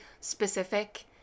specific